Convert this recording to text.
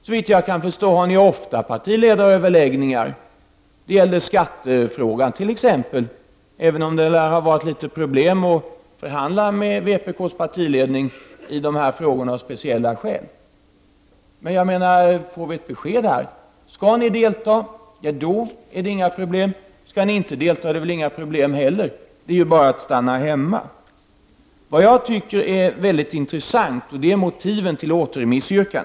Såvitt jag kan förstår deltar vpk ofta i partiledaröverläggningar, t.ex. i skattefrågan, även om det av speciella skäl har varit litet problem att förhandla med vpk:s partiledning i de här frågorna. Får vi ett besked på den här punkten? Skall ni delta är det inga problem, och skall ni inte delta är det inga problem heller. Det är bara att stanna hemma. Jag tycker motiven för återremissyrkandet är intressanta.